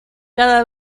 cada